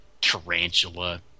tarantula